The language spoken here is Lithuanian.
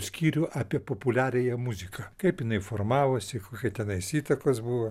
skyrių apie populiariąją muziką kaip jinai formavosi kokie tenais įtakos buvo